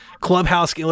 Clubhouse